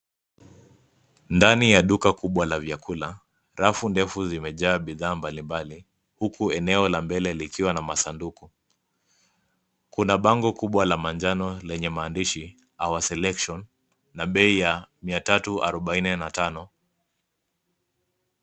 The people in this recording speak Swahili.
Ndani ya duka kubwa la vyakula, rafu ndefu zimejaa bidhaa mbalimbali .Huku eneo la mbele likiwa na masanduku. Kuna bango kubwa la manjano lenye maandishi (cs)our selection(cs) na bei ya mia tatu arubaini na tano.